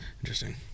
Interesting